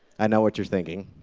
i know what you're thinking.